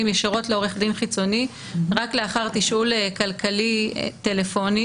ישירות לעורך דין חיצוני רק לאחר תשאול כלכלי טלפוני.